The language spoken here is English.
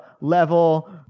level